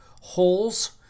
holes